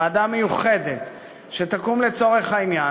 ועדה מיוחדת שתקום לצורך העניין,